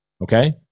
okay